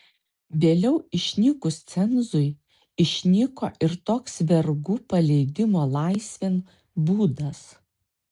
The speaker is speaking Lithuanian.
vėliau išnykus cenzui išnyko ir toks vergų paleidimo laisvėn būdas